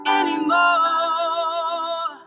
anymore